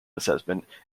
assessment